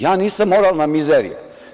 Ja nisam moralna mizerija.